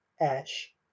Ash